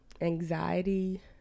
anxiety